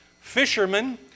fishermen